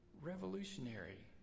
Revolutionary